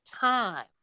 time